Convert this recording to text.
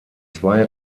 zwei